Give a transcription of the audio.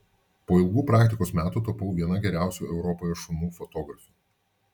po ilgų praktikos metų tapau viena geriausių europoje šunų fotografių